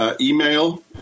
Email